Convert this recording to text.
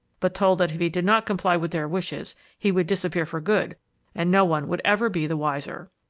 but told that if he did not comply with their wishes he would disappear for good and no one would ever be the wiser.